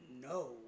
No